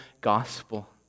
gospel